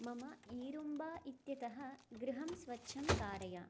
मम ईरूम्बा इत्यतः गृहं स्वच्छं कारय